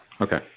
Okay